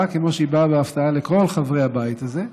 כמו שהיא באה בהפתעה לכל חברי הבית הזה,